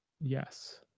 Yes